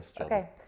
Okay